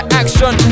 action